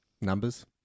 Numbers